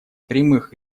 прямых